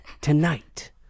tonight